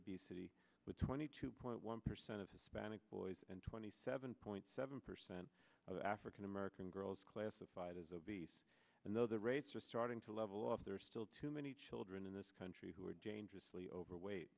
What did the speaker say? obesity with twenty two point one percent of hispanic boys and twenty seven point seven percent of african american girls classified as obese and though the rates are starting to level off there are still too many children in this country who are dangerously overweight